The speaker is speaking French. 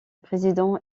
président